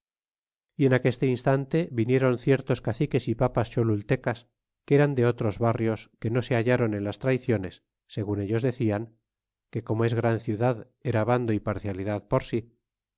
y en aqueste instante vinieron ciertos caciques y papas cholultecas que eran de otros barrios que no se hallaron en las traiciones segun ellos decían que como es gran ciudad era bando y parcialidad por sí